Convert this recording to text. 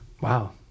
wow